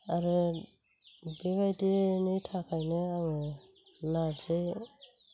आरो बेबायदिनि थाखायनो आङो नारजि